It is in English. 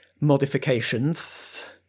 modifications